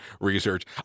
research